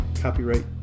Copyright